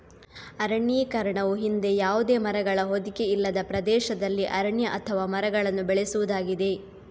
ಅರಣ್ಯೀಕರಣವು ಹಿಂದೆ ಯಾವುದೇ ಮರಗಳ ಹೊದಿಕೆ ಇಲ್ಲದ ಪ್ರದೇಶದಲ್ಲಿ ಅರಣ್ಯ ಅಥವಾ ಮರಗಳನ್ನು ಬೆಳೆಸುವುದಾಗಿದೆ